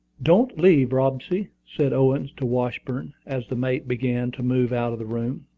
don't leave, robsy, said owen to washburn, as the mate began to move out of the room.